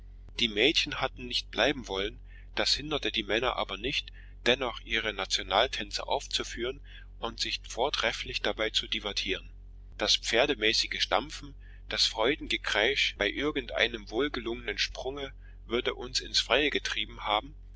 die mädchen hatten nicht bleiben wollen das hinderte aber die männer nicht dennoch ihre nationaltänze aufzuführen und sich vortrefflich dabei zu divertieren das pferdemäßige stampfen das freudengekreisch bei irgend einem wohlgelungenen sprunge würde uns in's freie getrieben haben